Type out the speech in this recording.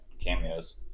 cameos